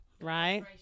right